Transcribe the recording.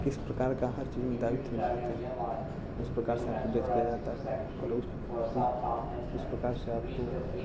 किस प्रकार का हर चीज़ में दायित्व निभाते हैं उस प्रकार से आपको जज किया जाता है और उसकी उस प्रकार से आपको